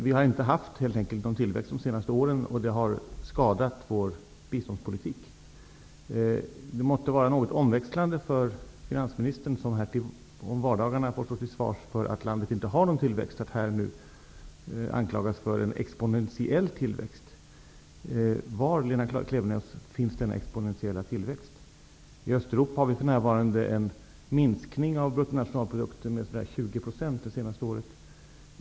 Det har helt enkelt inte varit någon tillväxt under de senaste åren, vilket har skadat vår biståndspolitik. Det måtte vara omväxlande för finansministern, som till vardags får stå till svars för att landet inte har någon tillväxt, att här och nu anklagas för en exponentiell tillväxt. Var, Lena Klevenås, finns denna expotentiella tillväxt? I Östeuropa minskar för närvarande bruttonationalprodukten med 20.